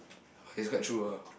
okay it's quite true ah